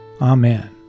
Amen